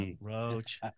Roach